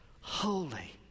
holy